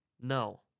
No